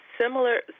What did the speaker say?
similar